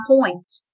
point